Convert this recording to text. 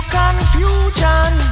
confusion